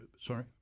Sorry